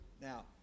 Now